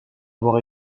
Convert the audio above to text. avoir